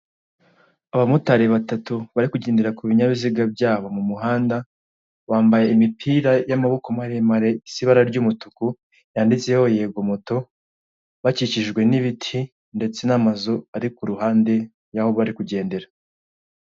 Abamotari batatu bari kugendera ku bininyabiziga byabo mu muhanda, bambaye imipira y'amaboko maremare isa ibara ry'umutuku, yanditseho yegomoto bakikijwe n'ibiti ndetse n'amazu ari ku ruhande y'aho bari kugendera.